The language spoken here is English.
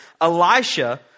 Elisha